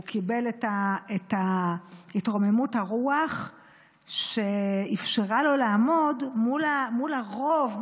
הוא קיבל את התרוממות הרוח שאפשרה לו לעמוד מול הרוב,